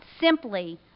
simply